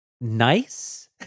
nice